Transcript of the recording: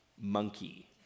monkey